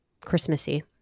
Christmassy